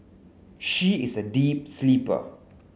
she is a deep sleeper